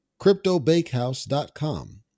CryptoBakehouse.com